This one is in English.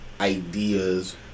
ideas